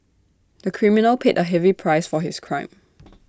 the criminal paid A heavy price for his crime